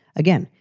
again,